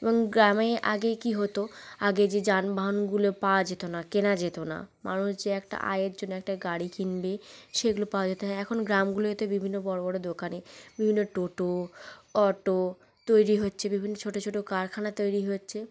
এবং গ্রামে আগে কি হতো আগে যে যানবাহনগুলো পাওয়া যেত না কেনা যেত না মানুষ যে একটা আয়ের জন্য একটা গাড়ি কিনবে সেগুলো পাওয়া যেত না এখন গ্রামগুলোতে বিভিন্ন বড় বড় দোকানে বিভিন্ন টোটো অটো তৈরি হচ্ছে বিভিন্ন ছোট ছোট কারখানা তৈরি হচ্ছে